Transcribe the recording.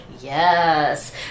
yes